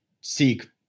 seek